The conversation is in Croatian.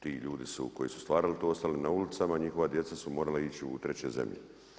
Ti ljudi su koji su stvarali to ostali na ulicama i njihova djeca su morala ići u treće zemlje.